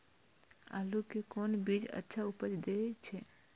आलू के कोन बीज अच्छा उपज दे छे?